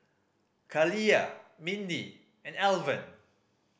Kaliyah Mindi and Alvan